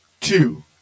two